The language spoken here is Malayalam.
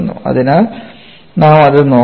അതിനാൽ നാം അത് നോക്കണം